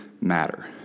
matter